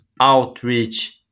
outreach